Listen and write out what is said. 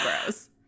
gross